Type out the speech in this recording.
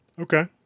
Okay